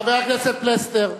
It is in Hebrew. חבר הכנסת פלסנר.